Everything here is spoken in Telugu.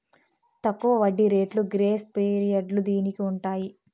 తక్కువ వడ్డీ రేట్లు గ్రేస్ పీరియడ్లు దీనికి ఉంటాయి